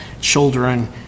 children